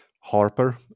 Harper